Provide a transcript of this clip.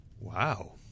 Wow